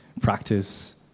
practice